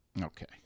Okay